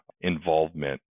involvement